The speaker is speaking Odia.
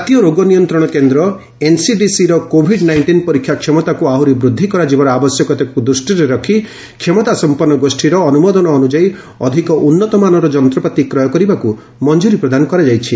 କାତୀୟ ରୋଗ ନିୟନ୍ତ୍ରଣ କେନ୍ଦ୍ର ଏନ୍ସିଡିସିର କୋଭିଡ୍ ନାଇଷ୍ଟିନ୍ ପରୀକ୍ଷା କ୍ଷମତାକୁ ଆହୁରି ବୃଦ୍ଧି କରାଯିବାର ଆବଶ୍ୟକତାକୁ ଦୂଷ୍ଟିରେ ରଖି କ୍ଷମତାସମ୍ପନ୍ନ ଗୋଷୀର ଅନୁମୋଦନ ଅନୁଯାୟୀ ଅଧିକ ଉନ୍ନତମାନର ଯନ୍ତପାତି କ୍ରୟ କରିବାକୁ ମଞ୍ଜୁରୀ ପ୍ରଦାନ କରାଯାଇଛି